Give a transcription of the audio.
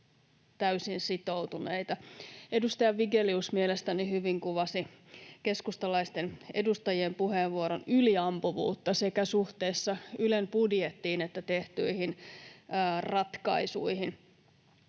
täysin sitoutuneita. Edustaja Vigelius mielestäni hyvin kuvasi keskustalaisten edustajien puheenvuoron yliampuvuutta sekä suhteessa Ylen budjettiin että tehtyihin ratkaisuihin.